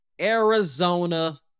Arizona